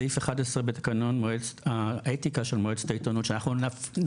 סעיף 11 בתקנון האתיקה של מועצת העיתונות שאנחנו